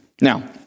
Now